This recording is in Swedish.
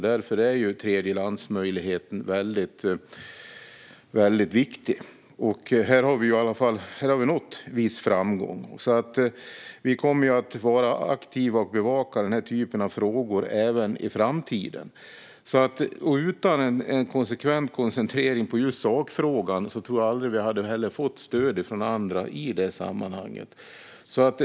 Därför är tredjelandsmöjligheten väldigt viktig. Här har vi nått viss framgång. Vi kommer att vara aktiva och bevaka den här typen av frågor även i framtiden. Utan en konsekvent koncentrering på just sakfrågan tror jag aldrig att vi hade fått stöd från andra i det sammanhanget.